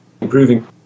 improving